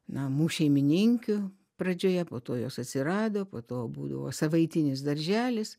namų šeimininkių pradžioje po to jos atsirado po to būdavo savaitinis darželis